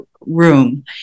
room